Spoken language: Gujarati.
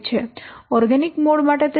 ઓર્ગેનિક મોડ માટે તે 0